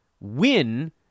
win